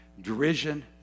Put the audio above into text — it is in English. derision